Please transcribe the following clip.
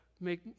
make